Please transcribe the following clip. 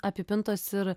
apipintos ir